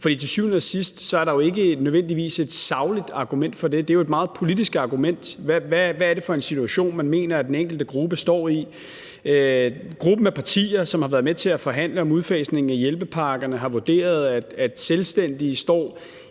Til syvende og sidst er der jo ikke nødvendigvis et sagligt argument for det. Det er jo et meget politisk argument. Hvad er det for en situation, man mener at den enkelte gruppe står i? Gruppen af partier, som har været med til at forhandle om udfasningen af hjælpepakkerne, har vurderet, at selvstændige står